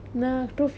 seriously